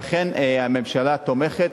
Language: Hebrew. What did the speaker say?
אכן הממשלה תומכת.